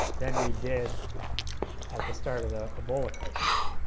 than we did at the start of the ebola crisis.